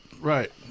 Right